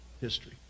history